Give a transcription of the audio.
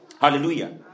Hallelujah